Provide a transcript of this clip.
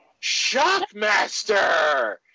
Shockmaster